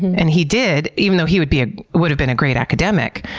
and he did even though he would be ah would have been a great academic,